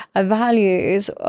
values